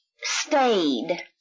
stayed